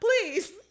please